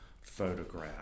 photograph